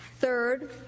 Third